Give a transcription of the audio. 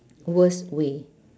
worst way